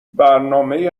برنامهی